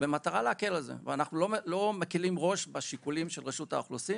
במטרה להקל על זה ואנחנו לא מקלים ראש בשיקולים של רשות האוכלוסין,